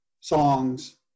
songs